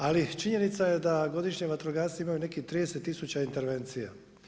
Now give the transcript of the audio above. Ali, činjenica je da godišnje vatrogasci imaju nekih 30 tisuća intervencija.